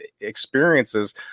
experiences